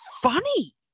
funny